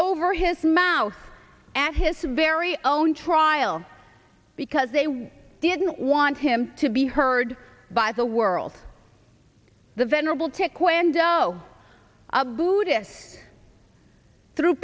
over his mouth and his very own trial because they didn't want him to be heard by the world the venerable tech window a buddhist through